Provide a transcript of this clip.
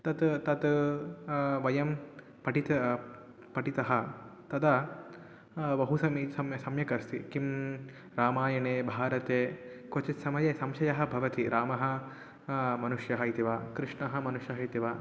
तत् तत् वयं पठितं पठितं तदा बहु समी सम् सम्यक् अस्ति किं रामायणे भारते क्वचित् समये संशयः भवति रामः मनुष्यः इति वा कृष्णः मनुष्यः इति वा